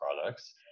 products